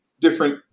different